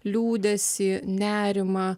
liūdesį nerimą